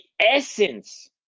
essence